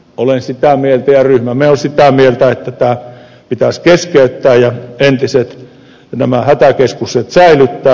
olen sitä mieltä ja ryhmämme on sitä mieltä että tämä pitäisi keskeyttää ja entiset hätäkeskukset säilyttää